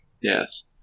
Yes